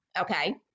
okay